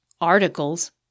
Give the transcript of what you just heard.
articles